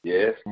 Yes